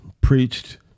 preached